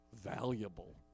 valuable